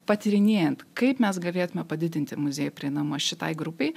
patyrinėjant kaip mes galėtume padidinti muziejų prieinamumą šitai grupei